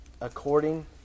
according